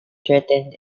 threatened